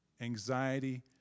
anxiety